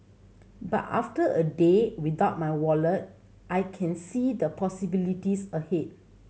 but after a day without my wallet I can see the possibilities ahead